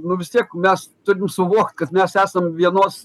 nu vis tiek mes turim suvokt kad mes esam vienos